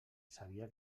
sabia